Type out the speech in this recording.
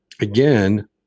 again